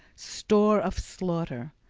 store of slaughter.